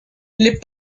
les